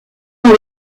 dans